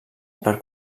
per